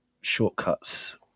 shortcuts